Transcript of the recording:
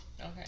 Okay